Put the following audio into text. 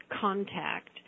contact